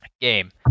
game